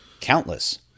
Countless